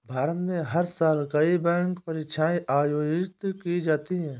भारत में हर साल कई बैंक परीक्षाएं आयोजित की जाती हैं